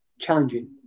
challenging